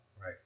Right